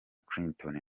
clinton